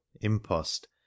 impost